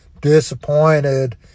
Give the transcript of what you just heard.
disappointed